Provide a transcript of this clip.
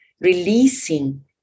releasing